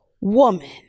woman